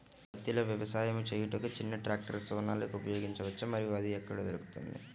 పత్తిలో వ్యవసాయము చేయుటకు చిన్న ట్రాక్టర్ సోనాలిక ఉపయోగించవచ్చా మరియు అది ఎక్కడ దొరుకుతుంది?